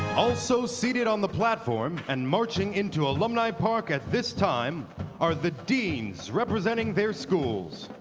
also, seated on the platform and marching into alumni park at this time are the deans representing their schools.